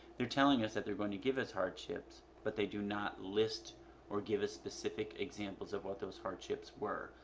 they're telling us that they're going to give us hardships but they do not list or give us specific examples of what those hardships were,